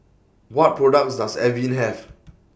What products Does Avene Have